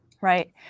Right